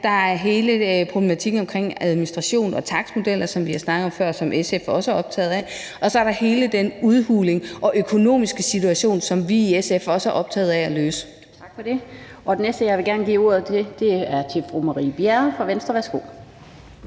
Der er hele problematikken om administration og takstmodeller, som vi har snakket om før, og som SF også er optaget af, og så er der hele den udhuling og økonomiske situation, som vi i SF også er optaget af at løse. Kl. 19:53 Den fg. formand (Annette Lind): Tak for det. Og den næste, jeg gerne vil give ordet til, er fru Marie Bjerre fra Venstre. Værsgo.